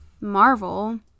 Marvel